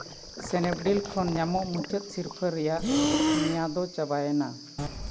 ᱥᱱᱮᱯᱰᱤᱞ ᱠᱷᱚᱱ ᱧᱟᱢᱚᱜ ᱢᱩᱪᱟᱹᱫ ᱥᱤᱨᱯᱟᱹ ᱨᱮᱭᱟᱜ ᱢᱮᱭᱟᱫ ᱫᱚ ᱪᱟᱵᱟᱭᱮᱱᱟ